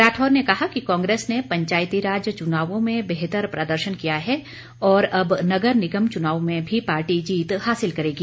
राठौर ने कहा कि कांग्रेस ने पंचायती राज चुनावों में बेहतर प्रदर्शन किया है और अब नगर निगम चुनाव में भी पार्टी जीत हासिल करेगी